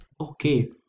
okay